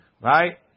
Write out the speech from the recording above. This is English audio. right